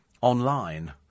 online